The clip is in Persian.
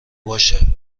باشه